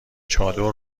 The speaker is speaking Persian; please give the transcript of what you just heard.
چادر